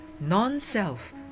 Non-self